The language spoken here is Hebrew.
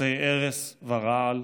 חיצי ארס ורעל,